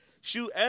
Shoot